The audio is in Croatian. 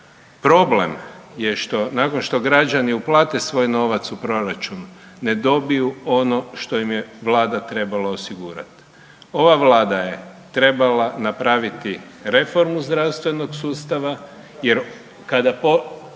Problem je što nakon što građani uplate svoj novac u proračun ne dobiju ono što im je Vlada trebala osigurati. Ova Vlada je trebala napraviti reformu zdravstvenog sustava jer kada,